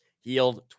healed